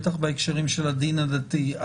בטח בהקשרים של הדין הדתי.